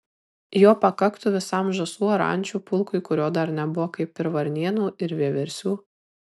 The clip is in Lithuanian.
jo pakaktų visam žąsų ar ančių pulkui kurio dar nebuvo kaip ir varnėnų ir vieversių